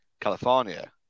california